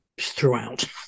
throughout